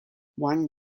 wang